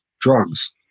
drugs